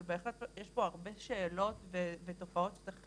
אבל בהחלט יש פה הרבה שאלות ותופעות שצריך